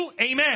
Amen